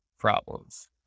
Problems